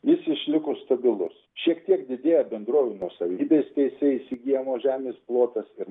jis išliko stabilus šiek tiek didėja bendrovių nuosavybės teise įsigyjamos žemės plotas ir